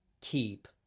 keep